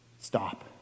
stop